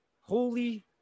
Holy